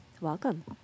welcome